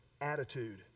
attitude